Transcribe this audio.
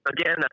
Again